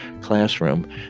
classroom